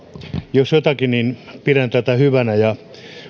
jos jotakin niin tätä pidän hyvänä ja